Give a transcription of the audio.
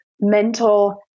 mental